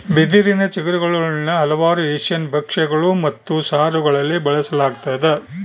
ಬಿದಿರಿನ ಚಿಗುರುಗುಳ್ನ ಹಲವಾರು ಏಷ್ಯನ್ ಭಕ್ಷ್ಯಗಳು ಮತ್ತು ಸಾರುಗಳಲ್ಲಿ ಬಳಸಲಾಗ್ತದ